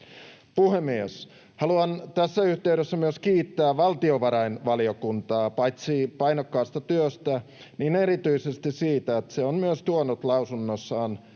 Puhemies! Haluan tässä yhteydessä kiittää valtiovarainvaliokuntaa paitsi painokkaasta työstä, niin erityisesti myös siitä, että se on myös tuonut lausunnossaan